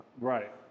Right